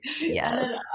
yes